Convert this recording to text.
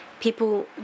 people